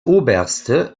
oberste